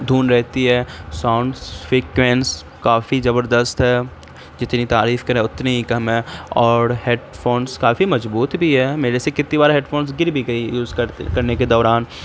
دھن رہتی ہے sound frequency کافی زبردست ہے جتنی تعریف کریں اتنی ہی کم ہے اور ہیڈ فونس کافی مضبوط بھی ہے میرے سے کتنی بار ہیڈ فونس گر بھی گئی یوز کرتے کرنے کے دوران